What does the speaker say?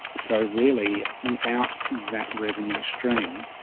so really without that revenue stream,